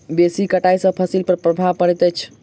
बेसी कटाई सॅ फसिल पर प्रभाव पड़ैत अछि